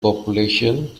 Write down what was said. population